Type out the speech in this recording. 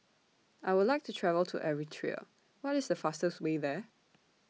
I Would like to travel to Eritrea What IS The fastest Way There